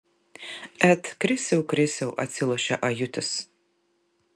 et krisiau krisiau atsilošia ajutis